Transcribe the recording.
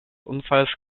unfalls